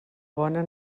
bona